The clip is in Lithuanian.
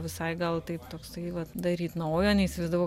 visai gal taip toksai vat daryt naujo neįsivaizdavau